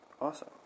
Awesome